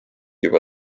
juba